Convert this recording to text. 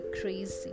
crazy